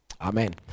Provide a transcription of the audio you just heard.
Amen